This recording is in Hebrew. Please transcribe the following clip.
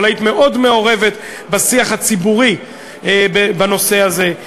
אבל היית מאוד מעורבת בשיח הציבורי בנושא הזה.